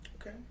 okay